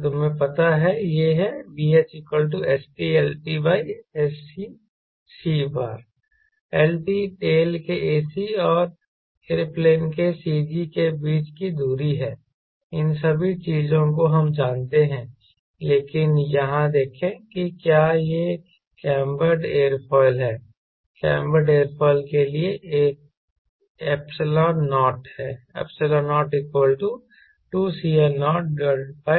तुम्हें पता है यह है VHStScltc lt टेल के ac और एयरप्लेन के CG के बीच की दूरी है इन सभी चीजों को हम जानते हैं लेकिन यहां देखें कि क्या यह एक कैंबर्ड एयरफॉयल है कैंबर्ड एयरफॉयल के लिए एप्सिलॉन नॉट है 02CL0πARe